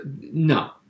No